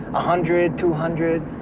a hundred? two hundred?